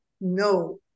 no